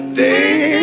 day